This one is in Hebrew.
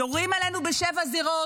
יורים עלינו בשבע זירות,